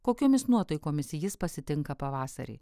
kokiomis nuotaikomis jis pasitinka pavasarį